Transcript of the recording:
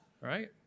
right